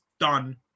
Done